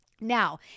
Now